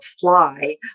fly